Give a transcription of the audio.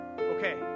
okay